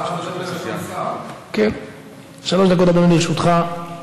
שלוש דקות, אדוני, לרשותך.